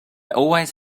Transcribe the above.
always